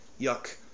yuck